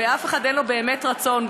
ואף אחד אין לו באמת רצון,